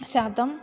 शतम्